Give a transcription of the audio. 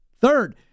Third